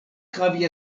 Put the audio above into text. havi